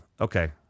Okay